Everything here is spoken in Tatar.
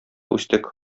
үстек